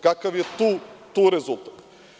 Kakav je tu rezultat?